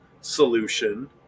solution